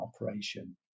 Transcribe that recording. operation